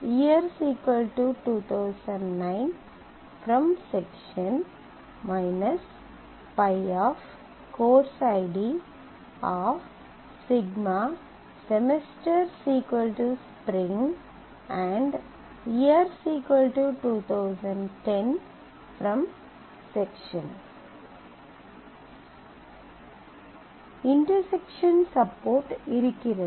intersection support இருக்கிறது